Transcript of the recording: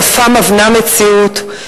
שפה מבנה מציאות,